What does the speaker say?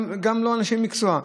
גם לא אנשי מקצוע.